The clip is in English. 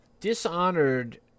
Dishonored